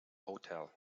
hotel